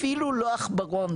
אפילו לא עכברון,